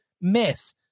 miss